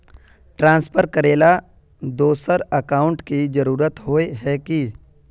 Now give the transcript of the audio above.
Transfer करेला दोसर account की जरुरत होय है की?